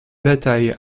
batailles